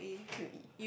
u_e